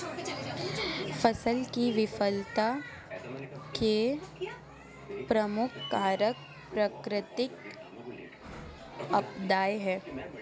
फसल की विफलता के प्रमुख कारक प्राकृतिक आपदाएं हैं